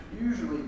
usually